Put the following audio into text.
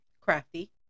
Crafty